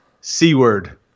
c-word